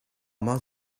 more